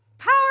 Power